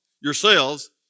yourselves